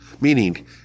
Meaning